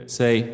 say